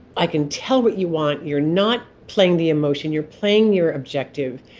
i can tell what you want. you're not playing the emotion you're playing your objective.